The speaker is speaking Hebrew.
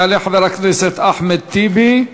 יעלה חבר הכנסת אחמד טיבי,